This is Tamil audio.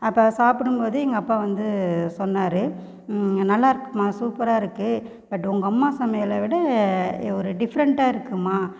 அப்போ சாப்பிடும் போது எங்கள் அப்பா வந்து சொன்னார் நல்லாயிருக்குமா சூப்பராக இருக்கு பட் உங்கள் அம்மா சமையலை விட இது ஒரு டிஃப்ரெண்ட்டாக இருக்குமா